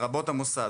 לרבות המוסד,